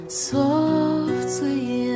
Softly